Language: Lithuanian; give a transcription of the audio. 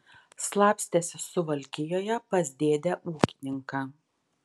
slapstėsi suvalkijoje pas dėdę ūkininką